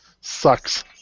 Sucks